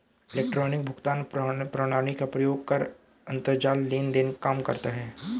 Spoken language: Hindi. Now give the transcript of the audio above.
इलेक्ट्रॉनिक भुगतान प्रणाली का प्रयोग कर अंतरजाल लेन देन काम करता है